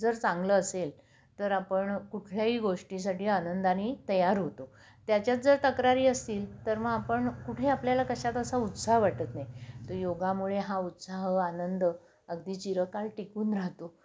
जर चांगलं असेल तर आपण कुठल्याही गोष्टीसाठी आनंदाने तयार होतो त्याच्यात जर तक्रारी असतील तर मग आपण कुठे आपल्याला कशाात असा उत्साह वाटत नाही तर योगामुळे हा उत्साह आनंद अगदी चिरकाळ टिकून राहतो